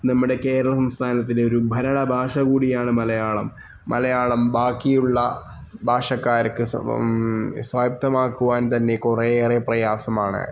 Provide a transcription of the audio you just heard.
നമ്മുടെ കേരള സംസ്ഥാനത്തിലെ ഒരു ഭരണഭാഷ കൂടിയാണ് മലയാളം മലയാളം ബാക്കിയുള്ള ഭാഷക്കാര്ക്ക് സായത്തമാക്കുവാന് തന്നെ കുറേയേറെ പ്രയാസമാണ്